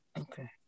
Okay